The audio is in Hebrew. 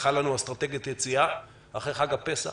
הובטחה לנו אסטרטגיית יציאה אחרי חג הפסח,